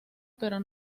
pero